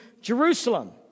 Jerusalem